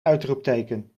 uitroepteken